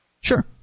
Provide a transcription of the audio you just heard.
Sure